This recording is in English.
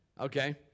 Okay